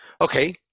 Okay